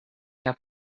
have